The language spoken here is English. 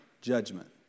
judgment